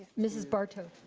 mrs. barto.